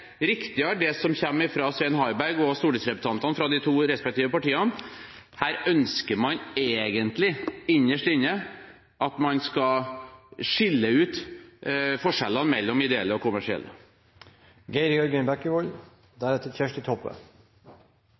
riktigere, det som kommer fra Svein Harberg og stortingsrepresentantene fra de to respektive partiene: Her ønsker man egentlig, innerst inne, at man skal viske ut forskjellene mellom ideelle og kommersielle.